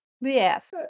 Yes